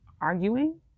arguing